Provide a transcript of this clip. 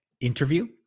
interview